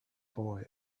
boy